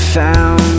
found